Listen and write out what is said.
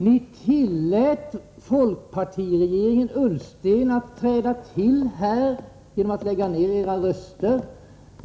Ni tillät folkpartiregeringen Ullsten att träda till genom att lägga ner era röster.